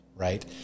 right